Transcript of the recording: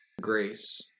Grace